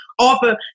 offer